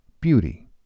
beauty